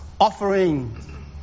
offering